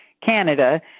Canada